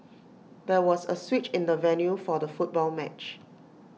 there was A switch in the venue for the football match